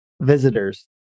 visitors